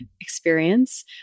experience